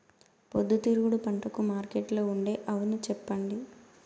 పొద్దుతిరుగుడు పంటకు మార్కెట్లో ఉండే అవును చెప్పండి?